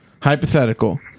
hypothetical